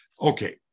Okay